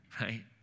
right